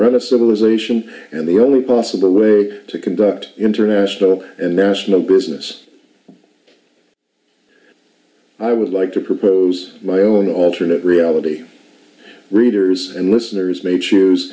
run a civilization and the only possible way to conduct international and national business i would like to propose my own alternate reality readers and listeners may choose